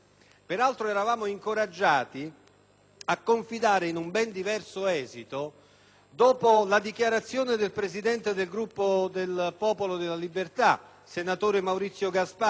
a confidare in un ben diverso esito, dopo la dichiarazione del Presidente del Gruppo del Popolo della Libertà, senatore Maurizio Gasparri, riportata in una nota